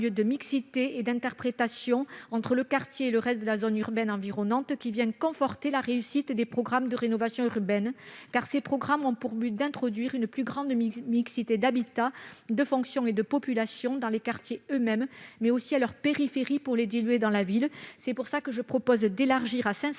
de mixité et d'interpénétration entre le quartier et le reste de la zone urbaine environnante, qui vient conforter la réussite des programmes de rénovation urbaine : ceux-ci ont en effet pour but d'introduire une plus grande mixité d'habitats, de fonctions et de populations dans les quartiers eux-mêmes, mais aussi à leur périphérie pour les diluer dans la ville. Pour amplifier ces bons résultats